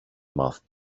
mouth